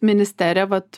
ministerija vat